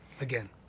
again